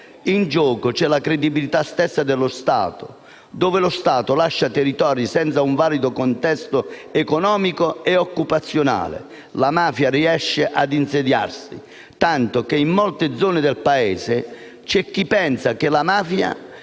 in gioco c'è la credibilità stessa dello Stato. Dove lo Stato lascia territori senza un valido contesto economico e occupazionale la mafia riesce ad insidiarsi, tanto che in molte zone del Paese c'è chi pensa che la mafia